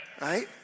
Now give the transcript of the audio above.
right